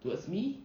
towards me